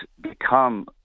become